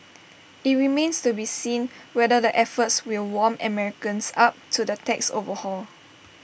IT remains to be seen whether the efforts will warm Americans up to the tax overhaul